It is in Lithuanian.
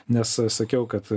nes sakiau kad